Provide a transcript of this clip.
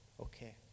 okay